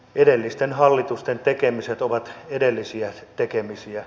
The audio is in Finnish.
edellisten hallitusten tekemiset ovat edellisiä tekemisiä